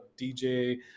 DJ